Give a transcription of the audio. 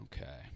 Okay